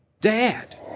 Dad